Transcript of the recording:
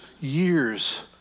years